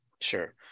sure